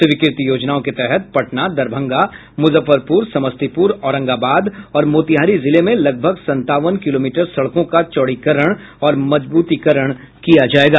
स्वीकृत योजनाओं के तहत पटना दरभंगा मुजफ्फरपुर समस्तीपुर औरंगाबाद और मोतिहारी जिले में लगभग संतावन किलोमीटर सड़कों का चौड़ीकरण और मजबूतीकरण किया जायेगा